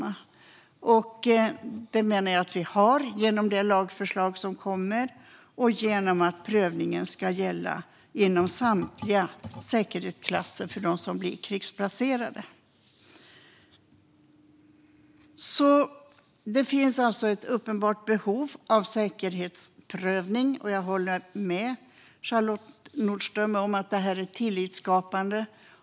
Jag menar att det finns rättslig grund genom det lagförslag som kommer och genom att prövningen ska gälla inom samtliga säkerhetsklasser för dem som blir krigsplacerade. Säkerhetsprövning av totalförsvarspliktiga m.m. Det finns alltså ett uppenbart behov av säkerhetsprövning, och jag håller med Charlotte Nordström om att det är tillitsskapande.